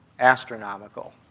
astronomical